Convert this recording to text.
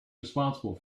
responsible